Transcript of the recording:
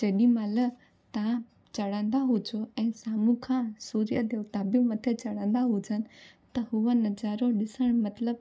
जेॾीमहिल तव्हां चढंदा हुजो ऐं साम्हूं खां सूर्य देवता बि मथे चढ़ंदा हुजनि त उहो नज़ारो ॾिसणु मतिलबु